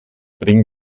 bring